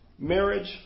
Marriage